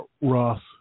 Ross